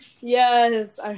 Yes